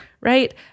right